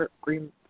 green